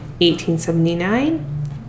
1879